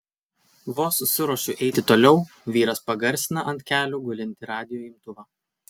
vos susiruošiu eiti toliau vyras pagarsina ant kelių gulintį radijo imtuvą